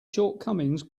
shortcomings